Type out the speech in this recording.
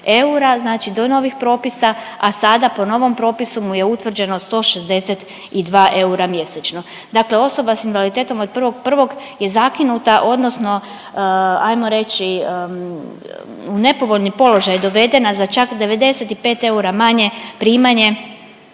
znači do novih propisa, a sada po novom propisu mu je utvrđeno 162 eura mjesečno. Dakle, osoba s invaliditetom od 1.1. je zakinuta odnosno ajmo reći u nepovoljni položaj dovedena za čak 95 eura manje primanje,